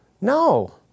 No